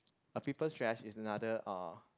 a people's trash is another uh